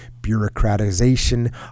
bureaucratization